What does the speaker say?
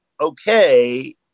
okay